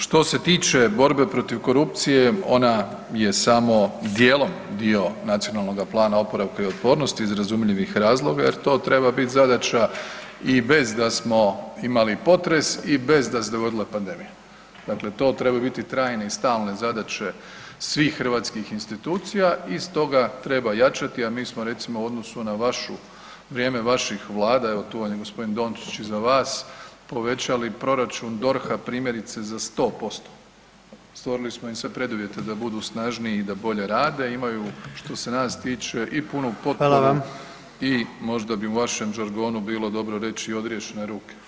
Što se tiče borbe protiv korupcije, ona je samo djelom dio Nacionalnog plana oporavka i otpornosti iz razumljivih razloga jer to treba bit zadaća i bez da smo imali potres i bez da se dogodila pandemija, dakle to treba biti trajne i stalne zadaće svih hrvatskih institucija i stoga treba jačati a mi smo recimo u odnosu na vašu, vrijeme vaših Vlada, evo tu vam je g. Dončić iza vas, povećali proračun DORH-a primjerice za 100%, stvorili smo im sve preduvjete da budu snažniji i da bolje rade, imaju što se nas tiče i punu potporu i [[Upadica predsjednik: Hvala vam.]] možda bi u vašem žargonu bilo dobro reći, odriješene ruke.